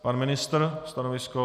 Pan ministr stanovisko.